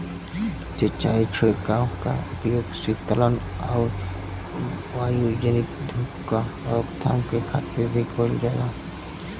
सिंचाई छिड़काव क उपयोग सीतलन आउर वायुजनित धूल क रोकथाम के खातिर भी कइल जाला